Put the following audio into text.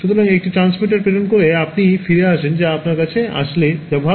সুতরাং একটি ট্রান্সমিটার প্রেরণ করে আপনি ফিরে আসেন যা আপনার কাছে আসছে যা ভাল